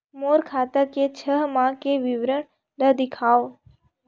मोर खाता के छः माह के विवरण ल दिखाव?